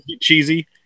cheesy